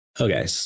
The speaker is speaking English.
Okay